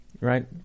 Right